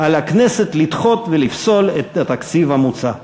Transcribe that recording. על הכנסת לפסול ולדחות את התקציב המוצע".